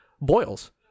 boils